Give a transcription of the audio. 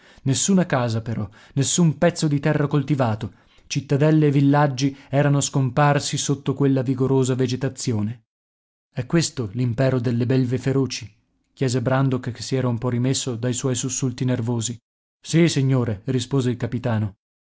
nessuna casa però nessun pezzo di terra coltivato cittadelle e villaggi erano scomparsi sotto quella vigorosa vegetazione è questo l'impero delle belve feroci chiese brandok che si era un po rimesso dai suoi sussulti nervosi sì signore rispose il capitano